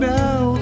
now